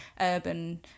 urban